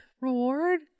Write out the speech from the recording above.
reward